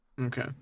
Okay